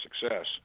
success